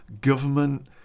government